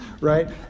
right